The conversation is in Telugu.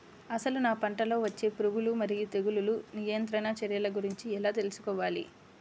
అసలు నా పంటలో వచ్చే పురుగులు మరియు తెగులుల నియంత్రణ చర్యల గురించి ఎలా తెలుసుకోవాలి?